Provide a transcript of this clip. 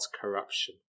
corruption